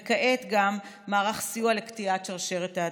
וכעת גם מערך סיוע לקטיעת שרשרת ההדבקה.